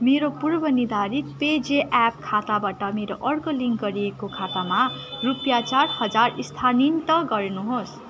मेरो पूर्व निर्धारित पे जेप्प खाताबाट मेरो अर्को लिङ्क गरिएको खातामा रुपियाँ चार हजार स्थानान्तरित गर्नु होस्